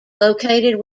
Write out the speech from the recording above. located